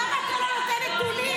למה אתה לא נותן נתונים?